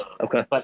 Okay